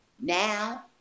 Now